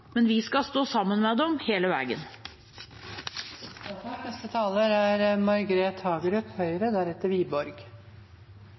men vi skal stå sammen med dem hele